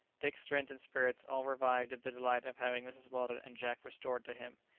dick's strength and spirits all revived at the delight of having mrs. weldon and jack restored to him,